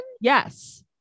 Yes